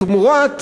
תמורת,